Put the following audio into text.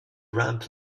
ramp